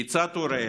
כיצד הוא ייראה